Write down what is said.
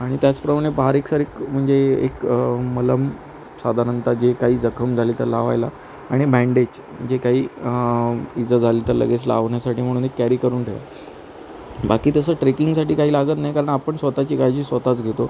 आणि त्याचप्रमाणे बारीकसारिक म्हणजे एक मलम साधारणत जे काही जखम झाली तर लावायला आणि बँडेज जे काही इजा काही झाली तर लगेच लावण्यासाठी म्हणून एक कॅरी करून ठेवा बाकी तसं ट्रेकिंगसाठी काही लागत नाही कारण आपण स्वत ची काळजी स्वत च घेतो